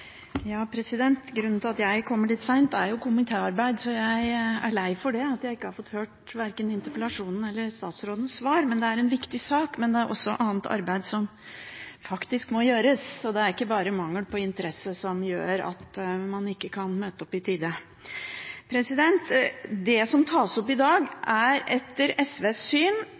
jeg er lei for at jeg ikke har fått hørt verken interpellasjonen eller statsrådens svar. Det er en viktig sak, men det er også annet arbeid som må gjøres. Så det er ikke bare mangel på interesse som gjør at man ikke kan møte opp i tide. Det som tas opp i dag, er etter SVs syn